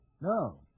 No